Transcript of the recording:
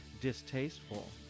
distasteful